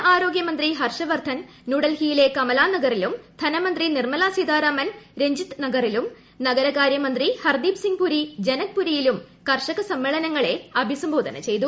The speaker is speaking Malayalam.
കേന്ദ്ര ആരോഗൃമന്ത്രി ഹർഷവർദ്ധൻ ന്യൂഡൽഹിയിലെ കമലാനഗറിലും ധനമന്ത്രി നിർമല സീതാരാമൻ രഞ്ജിത്ത് നഗറിലും നഗരകാര്യ മന്ത്രി ഹർദീപ് സിംഗ് പുരി ജനക്പുരിയിലും കർഷക സമ്മേളനങ്ങളെ അഭിസംബോധന ചെയ്തു